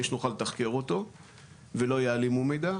שנוכל לתחקר אותו ולא יעלימו מידע,